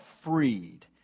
freed